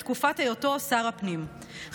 בתקופת היותו שר הפנים,